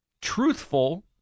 truthful